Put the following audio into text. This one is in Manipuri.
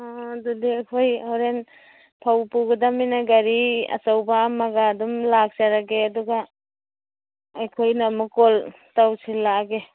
ꯑꯥ ꯑꯗꯨꯗꯤ ꯑꯩꯈꯣꯏ ꯍꯣꯔꯦꯟ ꯐꯧ ꯄꯨꯒꯗꯃꯤꯅ ꯒꯥꯔꯤ ꯑꯆꯧꯕ ꯑꯃꯒ ꯑꯗꯨꯝ ꯂꯥꯛꯆꯔꯒꯦ ꯑꯗꯨꯒ ꯑꯩꯈꯣꯏꯅ ꯑꯃꯨꯛ ꯀꯣꯜ ꯇꯧꯁꯤꯜꯂꯛꯂꯒꯦ